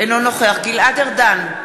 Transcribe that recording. אינו נוכח גלעד ארדן,